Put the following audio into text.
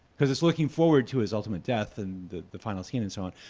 because it's looking forward to his ultimate death and the the final scene and so on.